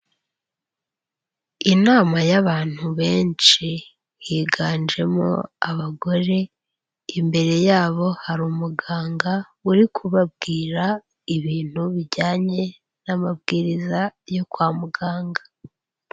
Inama y'abantu benshi higanjemo abagore imbere yabo hari umuganga uri kubabwira ibintu bijyanye n'amabwiriza yo kwa muganga.